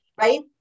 right